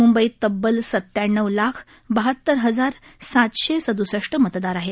मुंबईत तब्बल सत्याण्णव लाख बहातर हजार सातशे सद्सष्ठ मतदार आहेत